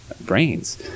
brains